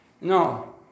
No